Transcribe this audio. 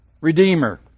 Redeemer